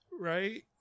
Right